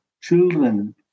children